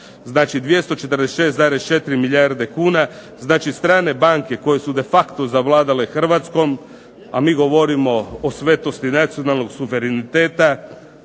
Znači 246,4 milijarde kuna, znači strane banke koje su de facto zavladale Hrvatskom, a mi govorimo svetosti nacionalnog suvereniteta,